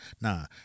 Nah